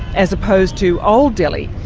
as opposed to old delhi.